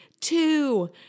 two